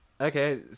Okay